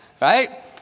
right